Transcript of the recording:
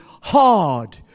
hard